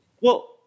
Well-